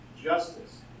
justice